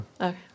Okay